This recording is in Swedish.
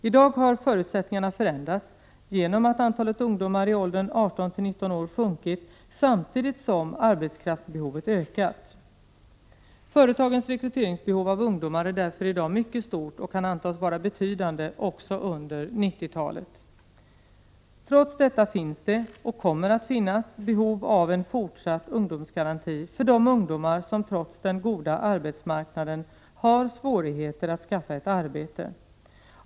I dag har förutsättningarna förändrats genom att antalet ungdomar i åldern 18—19 år sjunkit samtidigt som arbetskraftsbehovet ökat. Företagens rekryteringsbehov av ungdomar är därför i dag mycket stort och kan antas vara betydande också under 90-talet. Trots detta finns det, och kommer att finnas, behov av en fortsatt ungdomsgaranti för de ungdomar som, trots den goda arbetsmarknaden, har svårigheter att skaffa ett arbete.